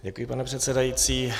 Děkuji, pane předsedající.